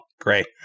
great